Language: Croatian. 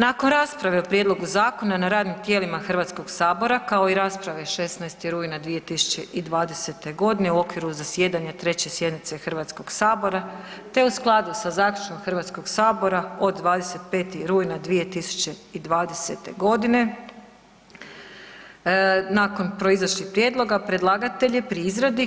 Nakon rasprave o prijedlogu zakona na radnim tijelima Hrvatskog sabora kao i rasprave 16. rujna 2020. godine u okviru zasjedanja 3. sjednice Hrvatskog sabora te u skladu sa zaključkom Hrvatskog sabora od 25. rujna 2020. godine nakon proizašlih prijedloga, predlagatelj je pri izradi